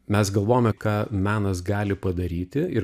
mes galvojame ką menas gali padaryti ir